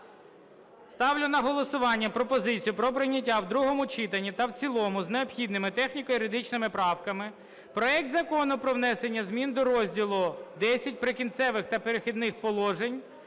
Ставлю на голосування пропозицію про прийняття в другому читанні та в цілому з необхідними техніко-юридичними правками проект Закону про внесення змін до Розділу X "Прикінцевих та перехідних положень"